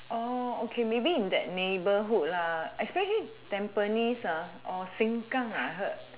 oh okay maybe in that neighbourhood ah especially tampines ah or sengkang I heard